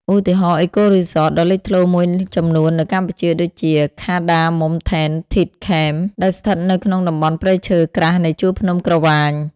ឧទាហរណ៍ អេកូរីសត ដ៏លេចធ្លោមួយចំនួននៅកម្ពុជាដូចជា ខា ដា មុំ ថេន ធីត ខេម Cardamom Tented Camp ដែលស្ថិតនៅក្នុងតំបន់ព្រៃឈើក្រាស់នៃជួរភ្នំក្រវាញ។